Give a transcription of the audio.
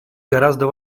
гораздо